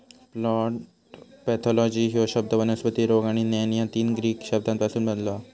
plant pathology ह्यो शब्द वनस्पती रोग आणि ज्ञान या तीन ग्रीक शब्दांपासून बनलो हा